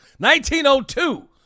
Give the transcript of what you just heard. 1902